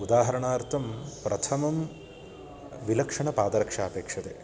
उदाहरणार्थं प्रथमं विलक्षणपादरक्षा अपेक्षते